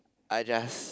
I just